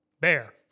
bear